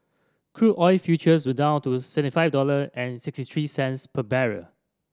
crude oil futures were down to seventy five dollar and sixty three cents per barrel